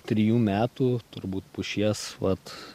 trijų metų turbūt pušies vat